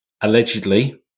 allegedly